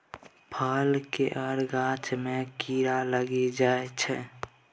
फल केर गाछ मे कीड़ा लागि जाइ छै